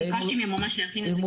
ביקשתי ממש להכין את זה כדוח משלים.